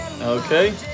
Okay